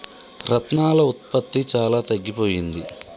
రత్నాల ఉత్పత్తి చాలా తగ్గిపోయింది